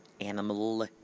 animal